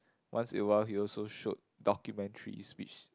once in a while he also showed documentaries which